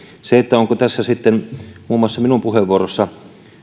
se onko tässä sitten muun muassa minun puheenvuorossani